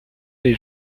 les